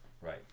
Right